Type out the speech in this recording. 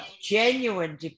genuine